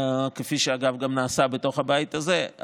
כפי שאגב גם נעשה בתוך הבית הזה,